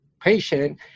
patient